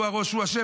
הוא הראש הוא אשם?